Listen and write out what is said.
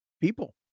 people